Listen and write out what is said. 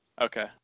Okay